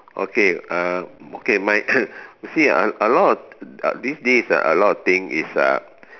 okay uh okay my turn you see a a lot these days ah a lot of thing is uh